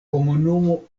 komunumo